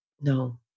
no